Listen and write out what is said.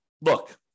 look